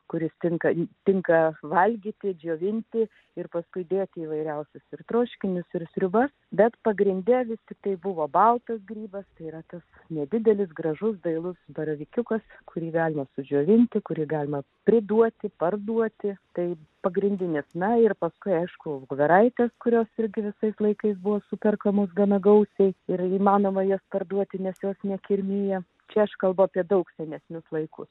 kuris tinka į tinka valgyti džiovinti ir paskui dėti įvairiausius ir troškinius ir sriubas bet pagrinde visi tai buvo baltas grybas tai yra tas nedidelis gražus dailus baravykiukas kurį galima sudžiovinti kurį galima priduoti parduoti tai pagrindinis na ir paskui aišku voverairės kurios irgi visais laikais buvo superkamos gana gausiai ir įmanoma jas parduoti nešioti nekirmija čia aš kalbu apie daug senesnius laikus